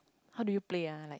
how do you play ah like